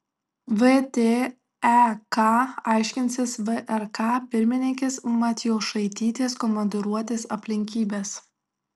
vtek aiškinsis vrk pirmininkės matjošaitytės komandiruotės aplinkybes